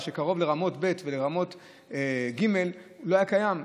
מה שקרוב לרמות ב' ולרמות ג' לא היה קיים,